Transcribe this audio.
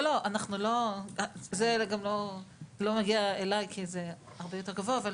זה גם לא מגיע אליי כי זה הרבה יותר גבוה, אבל